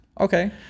Okay